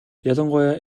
ялангуяа